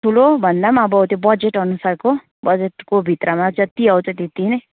ठुलो भन्दा पनि अब त्यो बजेट अनुसारको बजेटको भित्रमा जति आउँछ त्यति नै